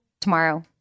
tomorrow